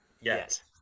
yes